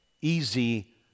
easy